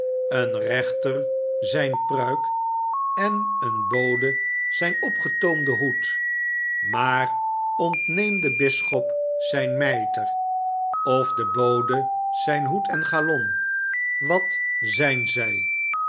een rechter zijne pruik en een bode zijn opgetoomden hoed maar ontneem den bisschop zijn mijter of den bode zijn hoed en gallon wat zijn zij